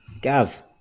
Gav